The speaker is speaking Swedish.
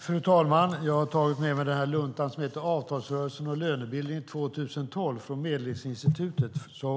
Fru talman! Jag har tagit med mig en lunta som heter Avtalsrörelsen och lönebildningen från 2012 från Medlingsinstitutet